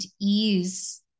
ease